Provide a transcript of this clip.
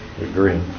agree